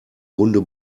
runde